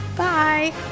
Bye